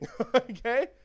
Okay